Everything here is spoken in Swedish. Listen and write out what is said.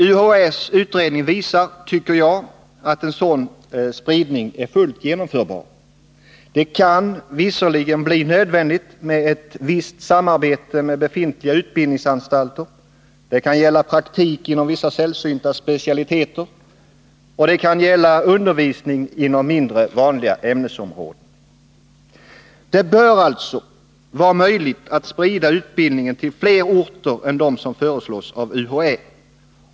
UHÄ:s utredning visar, tycker jag, att en sådan spridning är fullt genomförbar. Det kan visserligen bli nödvändigt med ett visst samarbete med befintliga utbildningsanstalter. Det kan gälla praktik inom vissa sällsynta specialiteter. Det kan också gälla undervisning inom mindre vanliga ämnesområden. Det bör alltså vara möjligt att sprida utbildningen till fler orter än som föreslås av UHÄ.